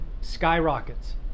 skyrockets